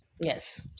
Yes